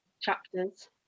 chapters